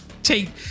take